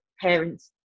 parents